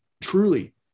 Truly